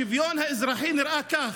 השוויון האזרחי נראה כך: